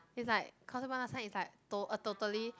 is like Causeway Point last time is like to~ a totally